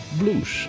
blues